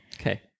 Okay